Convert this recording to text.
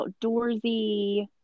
outdoorsy